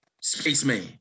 spaceman